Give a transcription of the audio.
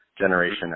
generation